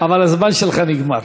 אבל הזמן שלך נגמר.